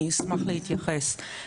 אני אשמח להתייחס.